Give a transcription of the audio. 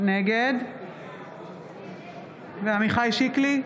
נגד עמיחי שיקלי,